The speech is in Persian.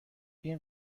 این